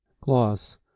Gloss